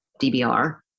DBR